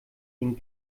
den